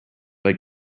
but